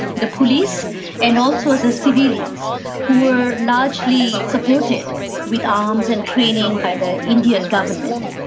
the police and also the civilians who were largely supported with arms and training by the indian government.